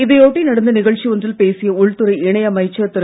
இதையொட்டி நடந்த நிகழ்ச்சி ஒன்றில் பேசிய உள்துறை இணைஅமைச்சர் திரு